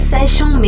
Session